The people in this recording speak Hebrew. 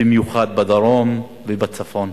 במיוחד בדרום ובצפון,